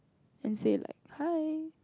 and say like hi